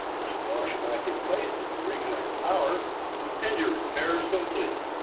push the washer back into place, reconnect the power and your repair is complete.